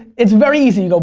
it's very easy. like